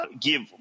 give